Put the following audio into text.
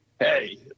Hey